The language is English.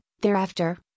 thereafter